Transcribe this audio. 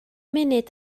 munud